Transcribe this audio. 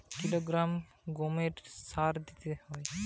শশা চাষে এক বিঘে জমিতে কত কিলোগ্রাম গোমোর সার দিতে হয়?